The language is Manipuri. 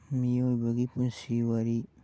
ꯃꯤꯑꯣꯏꯕꯒꯤ ꯄꯨꯟꯁꯤ ꯋꯥꯔꯤ